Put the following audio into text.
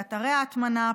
באתרי ההטמנה,